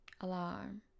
Alarm